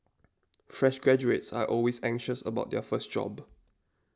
fresh graduates are always anxious about their first job